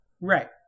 Right